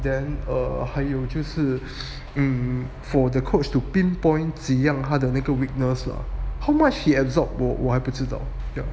then err 还有就是 mm for the coach to pinpoint 几样他的 weakness lah how much he absorbed 我还不知道